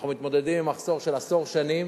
אנחנו מתמודדים עם מחסור של עשור שנים